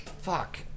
Fuck